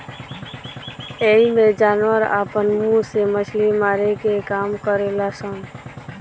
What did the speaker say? एइमें जानवर आपना मुंह से मछली मारे के काम करेल सन